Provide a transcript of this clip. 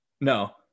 No